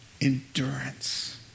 endurance